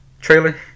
trailer